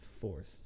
force